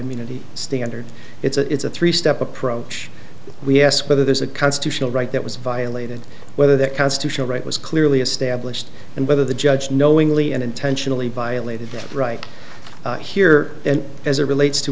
immunity standard it's a three step approach we ask whether there's a constitutional right that was violated whether that constitutional right was clearly established and whether the judge knowingly and intentionally violated that right here and as it relates to